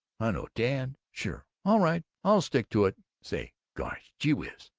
i know, dad! sure! all right. i'll stick to it. say! gosh! gee whiz!